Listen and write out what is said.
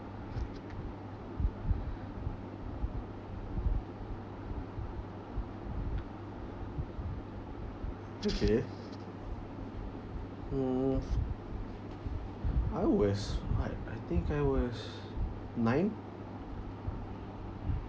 okay mm I was what I think I was nine